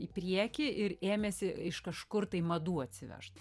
į priekį ir ėmėsi iš kažkur tai madų atsivežt